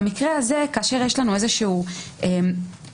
במקרה הזה כאשר יש לנו איזשהו אינטרס